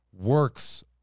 works